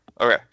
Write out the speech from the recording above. Okay